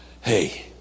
Hey